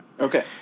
okay